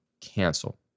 cancel